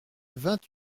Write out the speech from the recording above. vingt